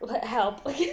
Help